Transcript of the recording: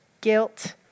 guilt